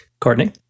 Courtney